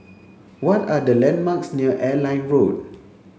what are the landmarks near Airline Road